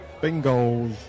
Bingo